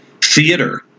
theater